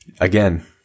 again